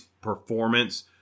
performance